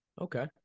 Okay